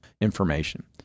information